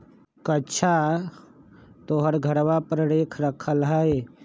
कअच्छा तोहर घरवा पर रेक रखल हई?